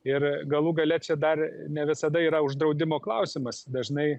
ir galų gale čia dar ne visada yra uždraudimo klausimas dažnai